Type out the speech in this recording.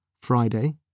Friday